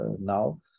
now